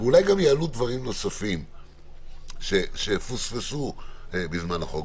ואולי גם יעלו דברים נוספים שפוספסו בזמן החוק.